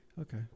Okay